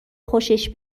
خوشش